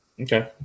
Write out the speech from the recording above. Okay